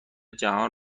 جهان